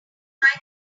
might